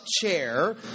chair